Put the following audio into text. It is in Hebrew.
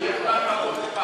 רק עולה חדש לא יכול.